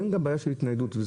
אין בעיה של התניידות.